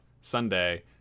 sunday